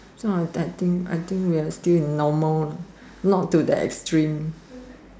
so I think I think we are still normal not to that extreme